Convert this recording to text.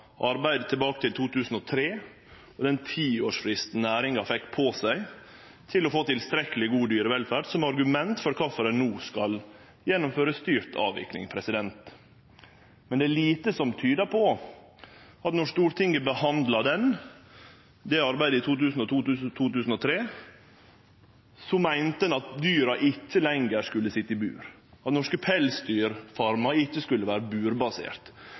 tilbake til 2003 og den tiårsfristen næringa fekk på seg til å få til tilstrekkeleg god dyrevelferd, som argument for at ein no skal gjennomføre styrt avvikling. Men det er lite som tyder på at ein då Stortinget behandla dette arbeidet i 2002 og 2003, meinte at dyra ikkje lenger skulle sitje i bur og norske pelsdyrfarmar ikkje skulle vere